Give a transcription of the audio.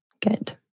Good